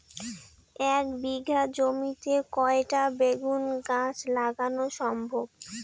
এক বিঘা জমিতে কয়টা বেগুন গাছ লাগানো সম্ভব?